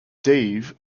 dave